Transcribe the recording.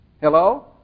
Hello